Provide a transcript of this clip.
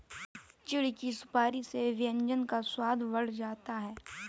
चिढ़ की सुपारी से व्यंजन का स्वाद बढ़ जाता है